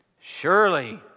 Surely